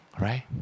right